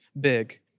big